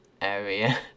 area